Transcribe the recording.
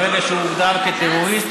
ברגע שהוא הוגדר כטרוריסט,